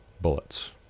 bullets